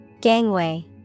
Gangway